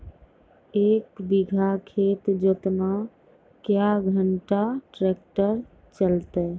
एक बीघा खेत जोतना क्या घंटा ट्रैक्टर चलते?